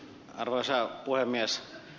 arvoisa puhemies